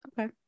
okay